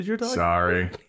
Sorry